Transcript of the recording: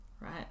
right